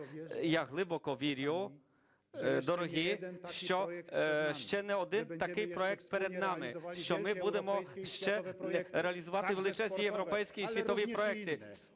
Я глибоко вірю, дорогі, що ще не один такий проект перед нами, що ми будемо ще реалізовувати величезні європейські і світові проекти,